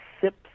sips